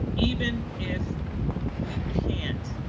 even if we can't